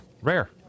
rare